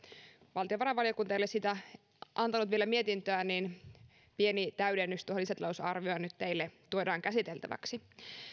valtiovarainvaliokunta ei ole siitä antanut vielä mietintöä niin pieni täydennys tuohon lisätalousarvioon nyt teille tuodaan käsiteltäväksi